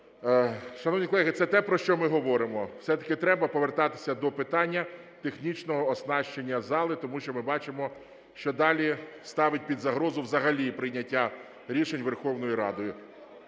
Шановні колеги, це те, про що ми говоримо, все-таки треба повертатися до питання технічного оснащення зали, тому що ми бачимо, що далі ставить під загрозу взагалі прийняття рішень Верховною Радою.